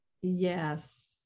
yes